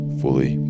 fully